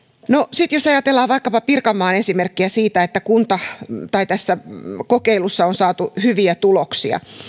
jos sitten ajatellaan vaikkapa pirkanmaan esimerkkiä siitä että tässä kokeilussa on saatu hyviä tuloksia